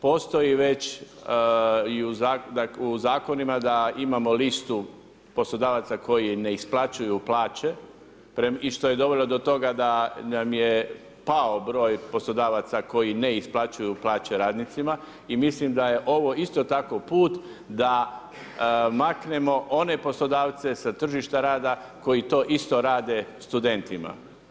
Postoji već i u zakonima da imamo listu poslodavaca koji ne isplaćuju plaće i što je dovelo do toga da nam je pao broj poslodavaca koji ne isplaćuju plaće radnicima i mislim da je ovo isto tako put da maknemo one poslodavce sa tržišta rada koji to isto rade studentima.